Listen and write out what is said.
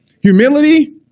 Humility